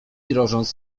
grożąc